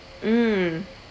mm